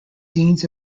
deans